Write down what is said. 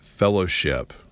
fellowship